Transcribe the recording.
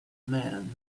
man